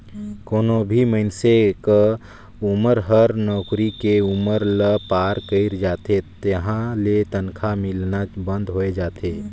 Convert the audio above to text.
कोनो भी मइनसे क उमर हर नउकरी के उमर ल पार कइर जाथे तहां ले तनखा मिलना बंद होय जाथे